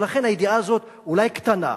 ולכן, הידיעה הזאת אולי קטנה,